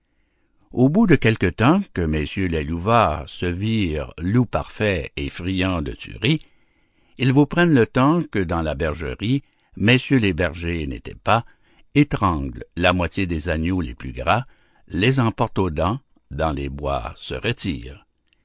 au bout de quelque temps que messieurs les louvats se virent loups parfaits et friands de tuerie ils vous prennent le temps que dans la bergerie messieurs les bergers n'étaient pas étranglent la moitié des agneaux les plus gras les emportent aux dents dans les bois se retirent